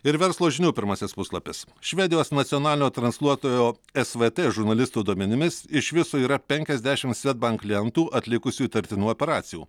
ir verslo žinių pirmasis puslapis švedijos nacionalinio transliuotojo svt žurnalistų duomenimis iš viso yra penkiasdešim svedbank klientų atlikusių įtartinų operacijų